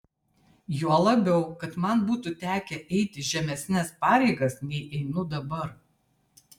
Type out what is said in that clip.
juo labiau kad man būtų tekę eiti žemesnes pareigas nei einu dabar